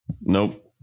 Nope